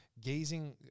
gazing